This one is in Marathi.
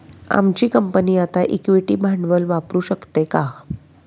आमची कंपनी आता इक्विटी भांडवल वापरू शकते का?